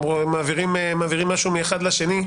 הם מעבירים משהו מאחד לשני,